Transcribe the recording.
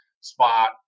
spot